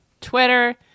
Twitter